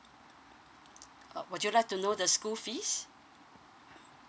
uh would you like to know the school fees